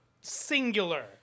Singular